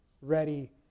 ready